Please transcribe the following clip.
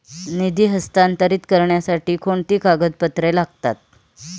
निधी हस्तांतरित करण्यासाठी कोणती कागदपत्रे लागतात?